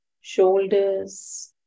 shoulders